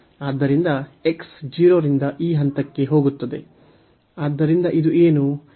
ಆದ್ದರಿಂದ x 0 ರಿಂದ ಈ ಹಂತಕ್ಕೆ ಹೋಗುತ್ತದೆ